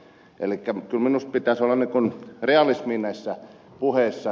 kyllä minusta pitäisi olla realismia näissä puheissa